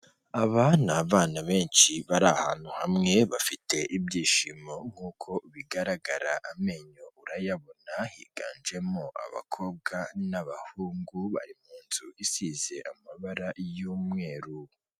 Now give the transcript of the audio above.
Aba ni abana benshi bari ahantu hamwe bafite ibyishimo nkuko bigaragara amenyo urayabona, higanjemo abakobwa n'abahungu bari mu nzu isize amabara y'umweru.